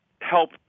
help